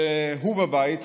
שהוא בבית,